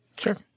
sure